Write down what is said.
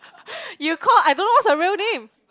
you call I don't know what's her real name